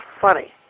funny